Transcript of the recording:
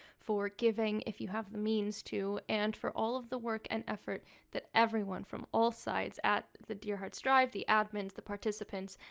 for giving if you have the means to, and for all of the work and effort that everyone, from all sides, at the dear hearts drive, the admins, the participants,